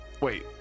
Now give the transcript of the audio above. Wait